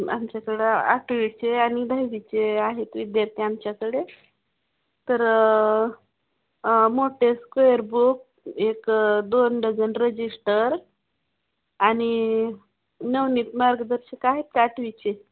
आमच्याकडे आठवीचे आणि दहावीचे आहेत विद्यार्थी आमच्याकडे तर मोठे स्क्वेअर बुक एक दोन डझन रजिस्टर आणि नवनीत मार्गदर्शक आहेत का आठवीचे